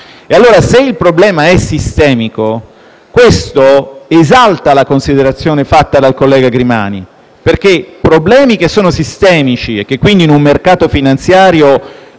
E allora, se il problema è sistemico, questo esalta la considerazione fatta dal collega Grimani, perché i problemi sistemici, che in un mercato finanziario